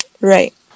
Right